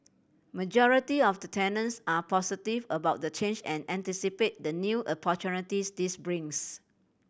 majority of the tenants are positive about the change and anticipate the new opportunities this brings